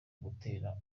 gutera